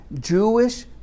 Jewish